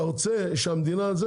אתה רוצה שהמדינה,